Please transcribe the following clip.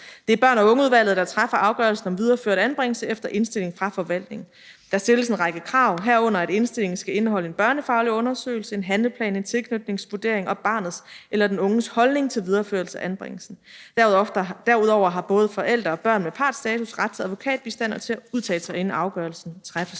Det er børn og unge-udvalget, der træffer afgørelsen om videreført anbringelse efter indstilling fra forvaltningen. Der stilles en række krav, herunder at indstillingen skal indeholde en børnefaglig undersøgelse, en handleplan, en tilknytningsvurdering og barnets eller den unges holdning til videreførelse af anbringelsen. Derudover har både forældre og børn med partsstatus ret til advokatbistand og til at udtale sig, inden afgørelsen træffes.